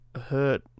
hurt